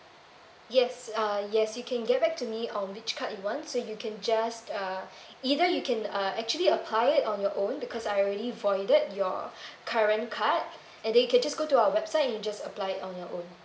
yes uh yes you can get back to me on which card you want so you can just uh either you can uh actually apply it on your own because I already voided your current card and then you can just go to our website and you just apply it on your own